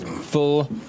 full